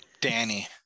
Danny